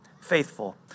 faithful